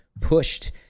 pushed